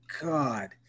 God